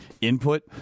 input